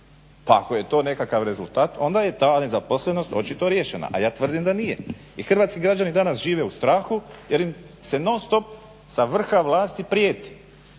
Pa ako je to nekakav rezultat onda je ta nezaposlenost očito riješena, a ja tvrdim da nije. I hrvatski građani danas žive u strahu jer im se non stop sa vrha vlasti prijeti.